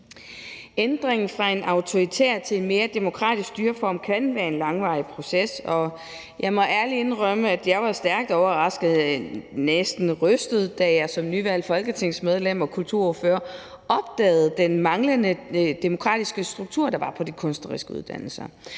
Ændringen fra en autoritær til en mere demokratisk styreform kan være en langvarig proces, og jeg må ærligt indrømme, at jeg var stærkt overrasket, næsten rystet, da jeg som nyvalgt folketingsmedlem og kulturordfører opdagede den manglende demokratiske struktur, der kendetegnede de kunstneriske uddannelser